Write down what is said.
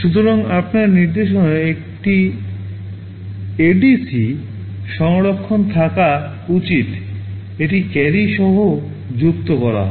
সুতরাং আপনার নির্দেশনার একটি এডিসি সংস্করণ থাকা উচিত এটি ক্যারি সহ যুক্ত করা হয়